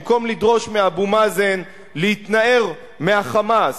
במקום לדרוש מאבו מאזן להתנער מה"חמאס",